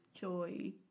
joy